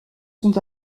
sont